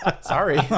Sorry